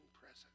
present